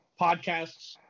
podcasts